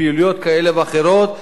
פעילויות כאלה ואחרות.